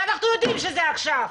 ואנחנו יודעים שזה עכשיו.